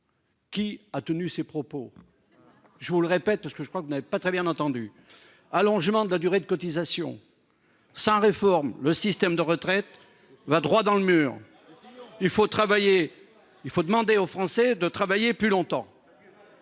Qui a tenu ces propos. Je vous le répète parce que je crois qu'il n'avait pas très bien entendu. Allongement de la durée de cotisation. Sans réforme le système de retraites va droit dans le mur. Il faut travailler, il faut demander aux Français de travailler plus longtemps.